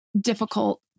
difficult